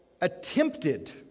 attempted